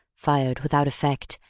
fired without effect,